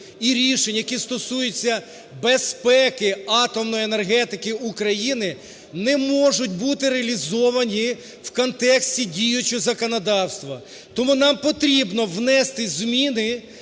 і рішень, які стосуються безпеки атомної енергетики України, не можуть бути реалізовані в контексті діючого законодавства. Тому нам потрібно внести зміни